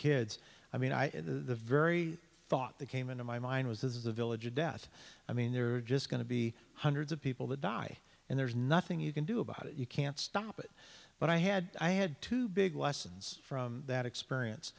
kids i mean i the very thought that came into my mind was this is a village of death i mean there are just going to be hundreds of people that die and there's nothing you can do about it you can't stop it but i had i had two big lessons from that experience